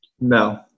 No